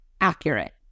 accurate